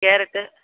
carrot